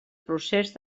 procés